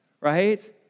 right